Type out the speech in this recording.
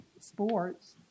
sports